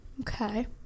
okay